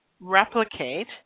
replicate